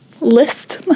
list